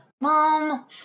Mom